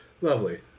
Lovely